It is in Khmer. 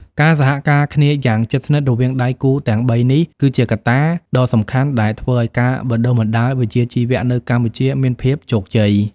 ការសហការគ្នាយ៉ាងជិតស្និទ្ធរវាងដៃគូទាំងបីនេះ គឺជាកត្តាដ៏សំខាន់ដែលធ្វើឱ្យការបណ្តុះបណ្តាលវិជ្ជាជីវៈនៅកម្ពុជាមានភាពជោគជ័យ។